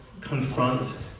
confront